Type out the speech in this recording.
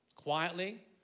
Quietly